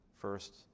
first